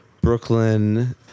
Brooklyn